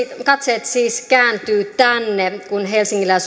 katseet siis kääntyvät tänne kun helsingillä